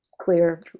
clear